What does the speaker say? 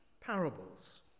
parables